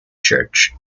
church